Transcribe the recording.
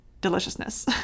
deliciousness